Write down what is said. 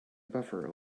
buffer